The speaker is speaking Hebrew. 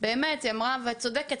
היא אמרה וצדקה,